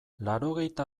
laurogeita